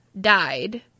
died